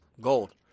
gold